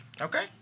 Okay